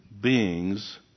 beings